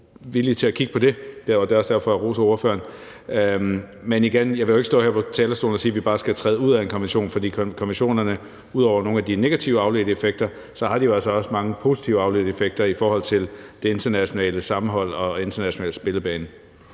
altid villige til at kigge på det. Det er også derfor, jeg roser ordføreren. Men igen: Jeg vil jo ikke stå her på talerstolen og sige, at vi bare skal træde ud af en konvention, for konventionerne har jo altså også – ud over nogle af de negative afledte effekter – mange positive afledte effekter i forhold til det internationale sammenhold og den internationale spillebane.